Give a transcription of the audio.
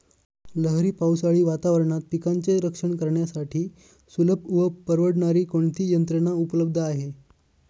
लहरी पावसाळी वातावरणात पिकांचे रक्षण करण्यासाठी सुलभ व परवडणारी कोणती यंत्रणा उपलब्ध आहे?